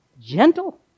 gentle